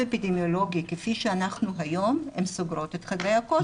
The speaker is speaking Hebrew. אפידמיולוגי כפי שאנחנו היום הן סוגרות את חדרי הכושר.